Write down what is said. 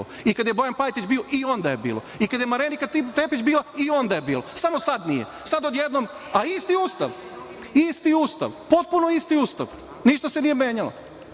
i kada je Bojan Pajtić bio i onda je bilo i kada je Marinika Tepić bila i onda je bilo, samo sad nije. Sad odjednom, a isti Ustav, potpuno isti Ustav, ništa se nije menjalo,